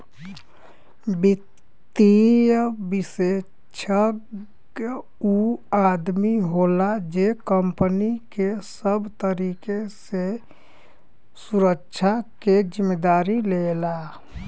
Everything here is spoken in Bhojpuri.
वित्तीय विषेशज्ञ ऊ आदमी होला जे कंपनी के सबे तरीके से सुरक्षा के जिम्मेदारी लेला